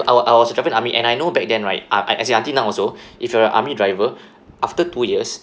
I wa~ I was a driving army and I know back then right uh as in until now also if you are a army driver after two years